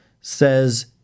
says